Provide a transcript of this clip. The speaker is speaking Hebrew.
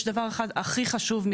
יש דבר הכי חשוב,